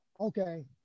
Okay